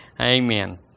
Amen